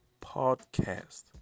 Podcast